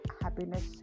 happiness